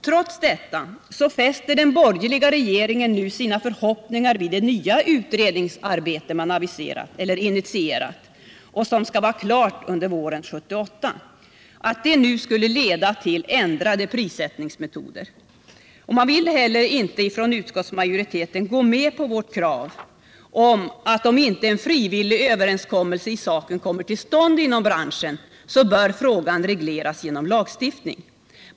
Trots detta fäster den borgerliga regeringen nu sina förhoppningar vid att det nya utredningsarbete som den initierat — och som skall vara klart våren 1978 — skulle leda till ändrade prissättningsmetoder. Utskottsmajoriteten vill inte heller gå med på vårt krav att om inte en frivillig överenskommelse i saken kommer till stånd inom branschen, så bör frågan regleras genom lagstiftning.